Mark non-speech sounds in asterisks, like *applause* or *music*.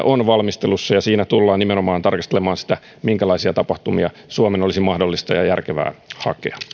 *unintelligible* on valmistelussa ja siinä tullaan nimenomaan tarkastelemaan sitä minkälaisia tapahtumia suomen olisi mahdollista ja järkevää hakea